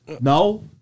No